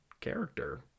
character